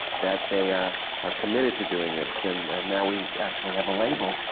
that they are are committed to doing this. and now we actually have a label,